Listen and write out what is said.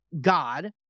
God